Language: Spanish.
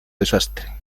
desastre